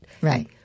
Right